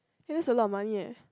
!hey! that's a lot of money eh